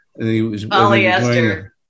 Polyester